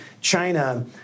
China